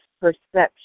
perception